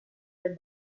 del